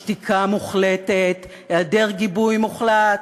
שתיקה מוחלטת, היעדר גיבוי מוחלט.